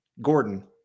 Gordon